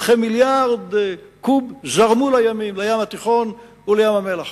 וכמיליארד קוב זרמו לים התיכון ולים המלח.